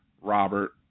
Robert